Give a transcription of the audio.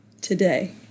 today